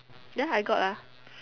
then I got ah